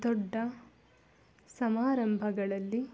ದೊಡ್ಡ ಸಮಾರಂಭಗಳಲ್ಲಿ